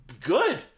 good